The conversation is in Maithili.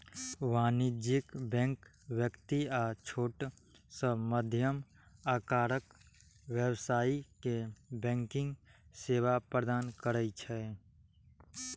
वाणिज्यिक बैंक व्यक्ति आ छोट सं मध्यम आकारक व्यवसायी कें बैंकिंग सेवा प्रदान करै छै